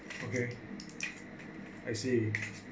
okay I see